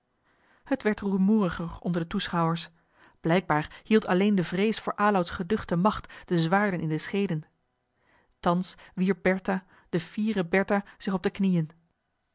het werd rumoeriger onder de toeschouwers blijkbaar hield alleen de vrees voor alouds geduchte macht de zwaarden in de scheeden thans wierp bertha de fiere bertha zich op de knieën